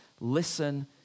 listen